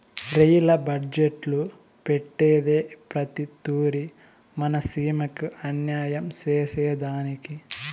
rail budget పెట్టేదే ప్రతి తూరి మన సీమకి అన్యాయం సేసెదానికి